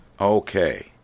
Okay